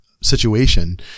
situation